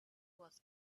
was